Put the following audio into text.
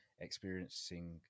experiencing